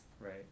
Right